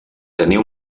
tenia